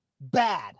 Bad